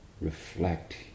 reflect